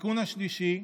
התיקון השלישי,